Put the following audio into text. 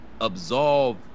absolve